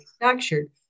manufactured